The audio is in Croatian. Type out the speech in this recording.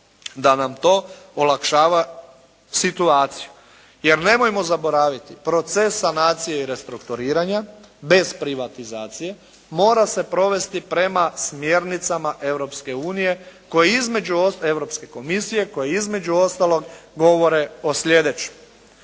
da nam to olakšava situaciju. Jer nemojmo zaboraviti proces sanacije i restrukturiranja bez privatizacije mora se provesti prema smjernicama Europske komisije, koji između ostalog govore o sljedećem.